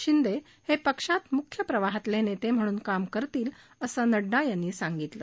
शिंदे हे पक्षात मुख्यप्रवाहातले नेते म्हणून काम करतील असं नड्डा यांनी सांगितलं